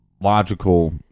logical